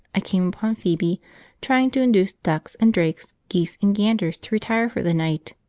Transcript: i came upon phoebe trying to induce ducks and drakes, geese and ganders, to retire for the night.